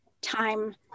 time